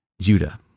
Judah